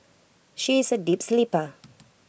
she is A deep sleeper